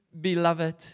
beloved